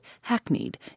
hackneyed